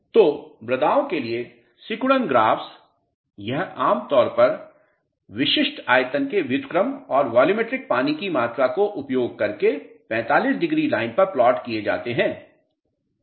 तो मृदाओ के लिए सिकुड़न ग्राफ्स यह आम तौर पर विशिष्ट आयतन के व्युत्क्रम और वॉल्यूमेट्रिक पानी की मात्रा को उपयोग करके 45 डिग्री लाइन पर प्लॉट किये जाते हैं